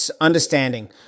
understanding